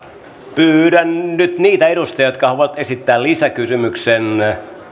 pyydän nyt niitä edustajia jotka haluavat esittää lisäkysymyksen